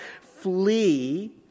flee